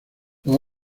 los